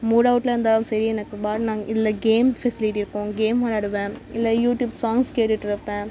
மூட்அவுட்டில் இருந்தாலும் சரி எனக்கு இதில் கேம் ஃபெசிலிட்டி இருக்கும் கேம் விளாடுவேன் இல்லை யூடியூப்ஸ் சாங்ஸ் கேட்டுட்டு இருப்பேன்